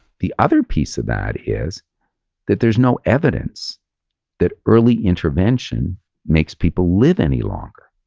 the other piece of that is that there's no evidence that early intervention makes people live any longer,